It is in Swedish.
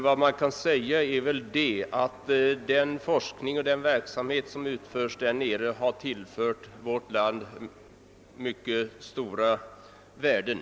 Vad man kan säga är att verksamheten där har tillfört vårt land mycket stora värden.